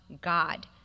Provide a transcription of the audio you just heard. god